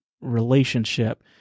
relationship